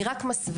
היא רק מסווה,